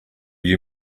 you